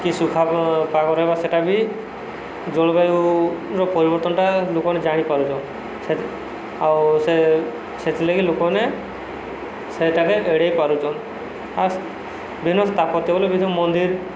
କି ସୁଖା ପାଗ ରହିବା ସେଟା ବି ଜଳବାୟୁୁର ପରିବର୍ତ୍ତନଟା ଲୋକମାନେ ଜାଣିପାରୁଛନ୍ ସେ ଆଉ ସେ ସେଥିଲାଗି ଲୋକମାନେ ସେଟାକେ ଏଡ଼େଇ ପାରୁଛନ୍ ଆ ବିଭିନ୍ନ ସ୍ଥାପତ୍ୟ ବୋଲେ ବିଭିନ୍ନ ମନ୍ଦିର